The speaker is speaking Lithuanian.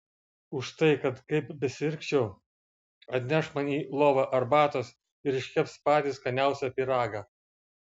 už tai kad kaip besirgčiau atneš man į lovą arbatos ir iškeps patį skaniausią pyragą